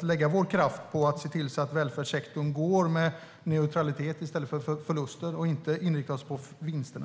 lägga vår kraft på att se till att välfärdssektorn går neutralt i stället för med förluster och inte inrikta oss på vinsterna.